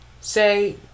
say